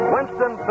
Winston